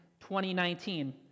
2019